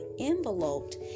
enveloped